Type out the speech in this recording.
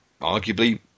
Arguably